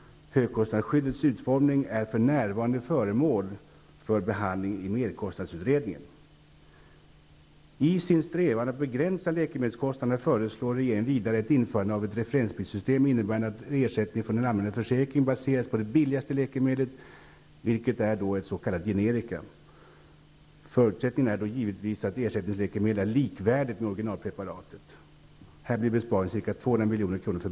Högkostnadsskyddets utformning är för närvarande föremål för behandling i merkostnadsutredningen. I sin strävan att begränsa läkemedelskostnaderna föreslår regeringen vidare ett införande av ett referensprissystem, innebärande att ersättningen från den allmänna försäkringen baseras på det billigaste läkemedlet, vilket är ett s.k. generika. Förutsättningen är då givetvis att ersättningsläkemedlet är likvärdigt med originalpreparatet. Besparingen blir ca 200 milj.kr.